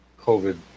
COVID